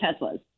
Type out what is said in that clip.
Teslas